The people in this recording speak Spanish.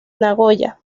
nagoya